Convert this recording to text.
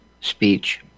speech